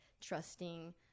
trusting